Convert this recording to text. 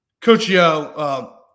Coachio